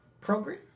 program